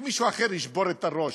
שמישהו אחר ישבור את הראש.